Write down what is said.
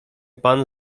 pan